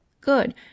Good